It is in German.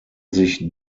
sich